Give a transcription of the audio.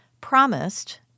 promised